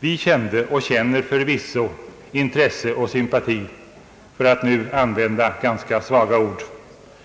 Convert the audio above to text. Vi kände och känner förvisso intresse och sympati — för att nu använda ganska svaga ord